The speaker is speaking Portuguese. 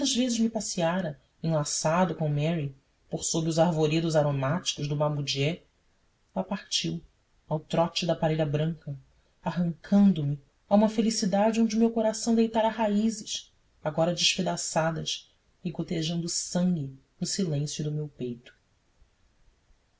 vezes me passeara enlaçado com mary por sob os arvoredos aromáticos do mamudiê lá partiu ao trote da parelha branca arrancando me a uma felicidade onde o meu coração deitara raízes agora despedaçadas e gotejando sangue no silêncio do meu peito